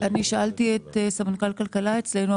שאלתי את סמנכ"ל כלכלה אצלנו,